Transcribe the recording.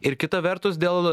ir kita vertus dėl